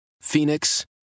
Phoenix